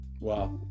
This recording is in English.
Wow